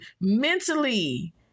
mentally